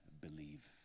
believe